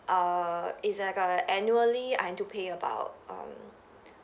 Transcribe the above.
err it's like a annually I need to pay about um